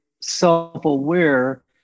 self-aware